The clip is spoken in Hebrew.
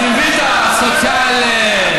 אני מבין את הסוציאל, אה,